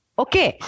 okay